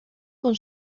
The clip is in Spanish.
con